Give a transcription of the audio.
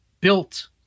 built